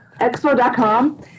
expo.com